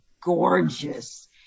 gorgeous